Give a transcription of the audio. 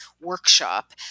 workshop